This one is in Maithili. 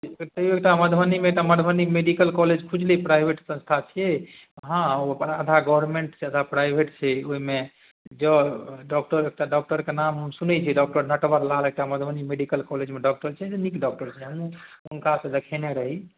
एकटा मधुबनीमे एकटा मधुबनी मेडिकल कॉलेज खुजलै प्राइवेट सँस्था छिए हँ ओ आधा गवर्नमेन्ट छै आधा प्राइवेट छै ओहिमे जँ डॉकटर एकटा डॉकटरके नाम हम सुनै छी डॉकटर नटवर लाल एकटा मधुबनी मेडिकल कॉलेजमे डॉकटर छै जे नीक डॉकटर छै हमहूँ हुनकासँ देखेने रही